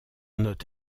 note